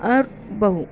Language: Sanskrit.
आर् बहु